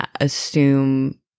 assume